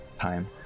time